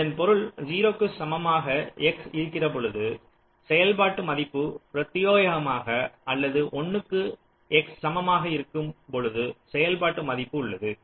இதன் பொருள் 0 க்கு சமமாக x இருக்கிறபொழுது செயல்பாட்டு மதிப்பு பிரத்தியேகமாக அல்லது 1 க்கு x சமமாக இருக்கும்போது செயல்பாட்டு மதிப்பு உள்ளது